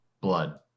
blood